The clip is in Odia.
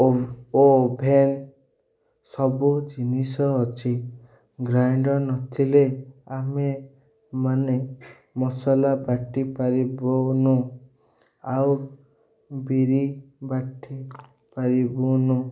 ଓ ଓଭେନ୍ ସବୁ ଜିନିଷ ଅଛି ଗ୍ରାଇଣ୍ଡର୍ ନଥିଲେ ଆମେ ମାନେ ମସଲା ବାଟି ପାରିବୁନି ଆଉ ବିରି ବାଟି ପାରିବୁନି